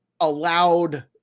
allowed